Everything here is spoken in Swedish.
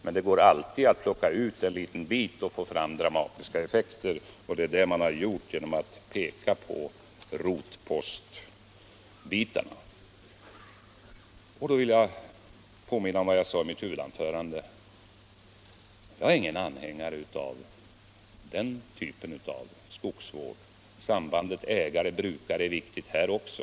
Men det går alltid att plocka ut en liten bit och få fram dramatiska effekter, och det är det man har gjort genom att peka på rotpostpriserna. Jag är ingen anhängare av den typen av skogsbruk. Sambandet ägare-brukare är viktigt här också.